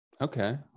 okay